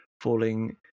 falling